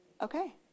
Okay